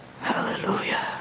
Hallelujah